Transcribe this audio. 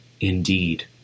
indeed